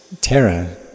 terror